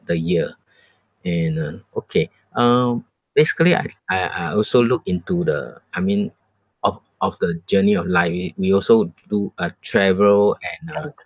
the year and uh okay um basically I I I also look into the I mean of of the journey we we also do uh travel and uh